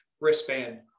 wristband